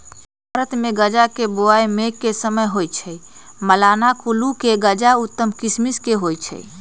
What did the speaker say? भारतमे गजा के बोआइ मेघ के समय होइ छइ, मलाना कुल्लू के गजा उत्तम किसिम के होइ छइ